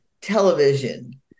television